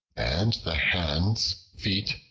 and the hands, feet,